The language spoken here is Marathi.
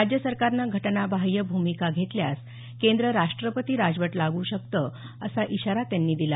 राज्य सरकारनं घटनाबाह्य भूमिका घेतल्यास केंद्र राष्ट्रपती राजवट लावू शकतं असा इशारा त्यांनी दिला